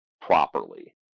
properly